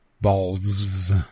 balls